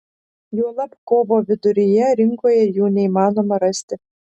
juolab kovo viduryje rinkoje jų neįmanoma rasti